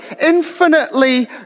infinitely